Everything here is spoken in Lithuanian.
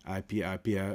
apie apie